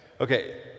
Okay